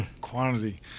Quantity